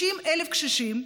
90,000 קשישים,